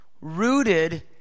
rooted